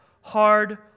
hard